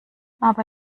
aber